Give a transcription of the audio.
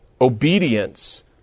obedience